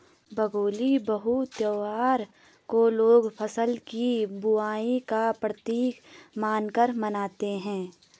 भोगाली बिहू त्योहार को लोग फ़सल की बुबाई का प्रतीक मानकर मानते हैं